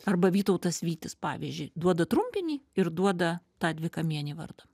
arba vytautas vytis pavyzdžiui duoda trumpinį ir duoda tą dvikamienį vardą